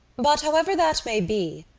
but, however that may be,